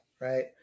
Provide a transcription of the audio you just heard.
right